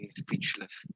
speechless